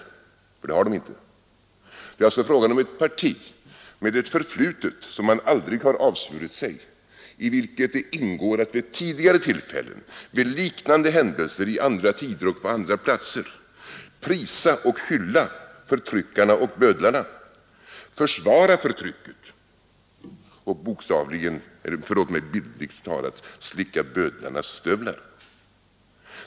Det har inte vänsterpartiet kommunisterna. Det är fråga om ett parti med ett förflutet som man aldrig har avsvurit sig, i vilket det ingår att vid tidigare tillfällen, vid liknande händelser i andra tider och på andra platser, ha prisat och hyllat förtryckarna och bödlarna, ha försvarat förtrycket och bildligt talat ha slickat bödlarnas stövlar.